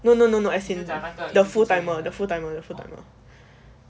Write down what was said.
no no no no as in the full timer the full time the full time